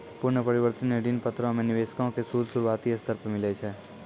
पूर्ण परिवर्तनीय ऋण पत्रो मे निवेशको के सूद शुरुआती स्तर पे मिलै छै